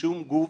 משום גוף,